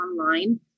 online